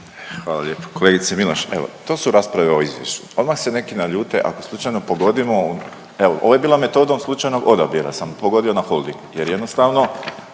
Hvala lijepo. Kolegice Miloš, evo to su rasprave o izvješću, odmah se neki naljute ako slučajno pogodimo, evo ovo je bilo metodom slučajnog odabira sam pogodio na Holdingu jer jednostavno